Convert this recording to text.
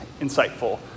insightful